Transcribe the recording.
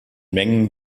mengen